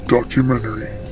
Documentary